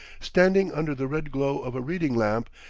standing under the red glow of a reading-lamp,